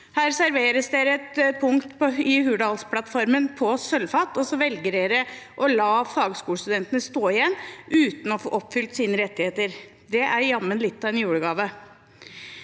man servert et punkt i Hurdalsplattformen på sølvfat, og så velger man å la fagskolestudentene stå igjen uten å få oppfylt sine rettigheter. Det er jammen litt av en julegave.